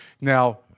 Now